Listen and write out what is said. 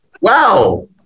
Wow